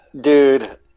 Dude